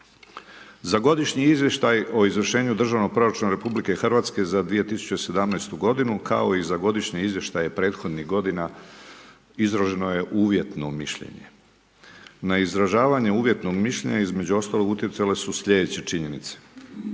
Za Godišnji izvještaj o izvršenju Državnog proračuna RH za 2017. godinu kao i za godišnje izvještaje prethodnih godina izraženo je uvjetno mišljenje. Na izražavanje uvjetnog mišljenja između ostalog utjecale su sljedeće činjenice.